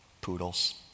poodles